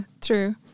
true